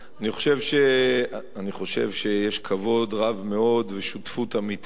אני חושב שיש כבוד רב מאוד ושותפות אמיתית